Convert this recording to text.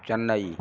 Chennai